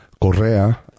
Correa